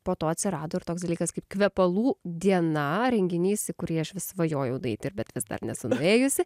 po to atsirado ir toks dalykas kaip kvepalų diena renginys į kurį aš vis svajojau nueiti ir bet nes dar nesu nuėjusi